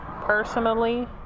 personally